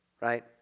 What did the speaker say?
right